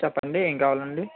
చెప్పండి ఏం కావాలండి